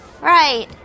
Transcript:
right